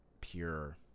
pure